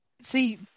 See